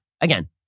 again